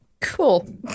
Cool